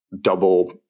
double